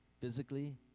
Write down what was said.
physically